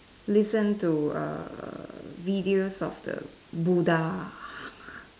listen to err videos of the Buddha